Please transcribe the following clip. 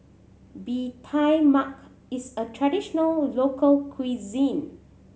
Bee Tai Mak is a traditional local cuisine